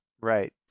right